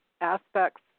aspects